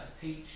teach